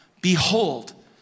Behold